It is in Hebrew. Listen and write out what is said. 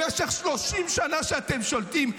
במשך 30 שנה שאתם שולטים,